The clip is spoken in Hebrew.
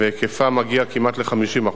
והיקפה מגיע כבר כמעט ל-50%.